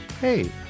Hey